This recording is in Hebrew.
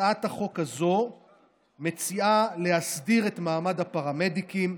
הצעת החוק הזו מציעה להסדיר את מעמד הפרמדיקים,